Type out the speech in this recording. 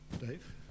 Dave